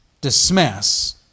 dismiss